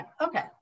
okay